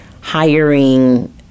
hiring